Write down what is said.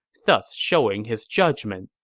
thus showing his judgment.